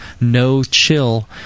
no-chill